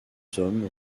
hommes